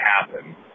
happen